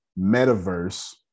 Metaverse